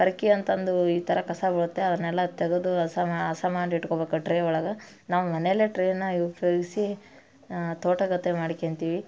ಪೊರಕೆ ಅಂತಂದು ಈ ಥರ ಕಸ ಬೀಳುತ್ತೆ ಅದನ್ನೆಲ್ಲ ತೆಗೆದು ಹಸ ಮಾ ಹಸ ಮಾಡಿ ಇಟ್ಕೊಬೇಕು ಟ್ರೇ ಒಳಗೆ ನಾವು ಮನೆಯಲ್ಲೇ ಟ್ರೆನ ಉಪಯೋಗ್ಸಿ ತೋಟಗತ್ತೆ ಮಾಡ್ಕ್ಯಂತಿವಿ